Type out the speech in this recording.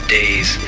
days